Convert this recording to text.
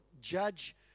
judge